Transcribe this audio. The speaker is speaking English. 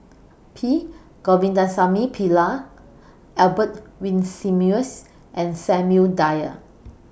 P Govindasamy Pillai Albert Winsemius and Samuel Dyer